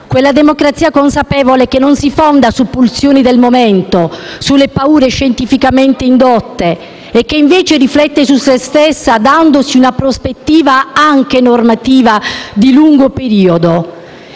Quella democrazia consapevole che non si fonda su pulsioni del momento o sulle paure scientificamente indotte e che invece riflette su se stessa dandosi una prospettiva, anche normativa, di lungo periodo.